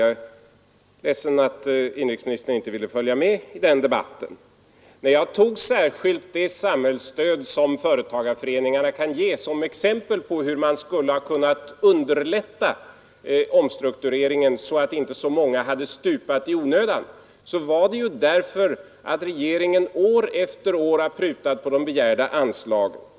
Jag är ledsen att inrikesministern inte ville följa med i den debatten Jag tog särskilt det samhällsstöd som företagarföreningarna kan ge som exempel på hur man skulle ha kunnat underlätta omstruktureringen, så att inte så många hade stupat i onödan, och det var därför att regeringen år efter år har prutat på de begärda anslagen.